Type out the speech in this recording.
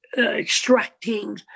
extracting